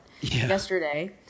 yesterday